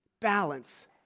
balance